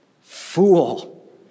Fool